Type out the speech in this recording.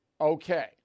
Okay